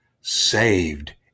saved